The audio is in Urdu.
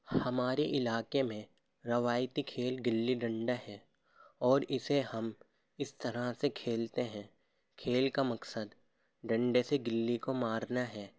ہمارے علاقے میں روایتی کھیل گلی ڈنڈا ہے اور اسے ہم اس طرح سے کھیلتے ہیں کھیل کا مقصد ڈنڈے سے گلی کو مارنا ہے